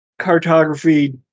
cartography